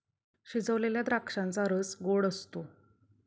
शिजवलेल्या द्राक्षांचा रस गोड असतो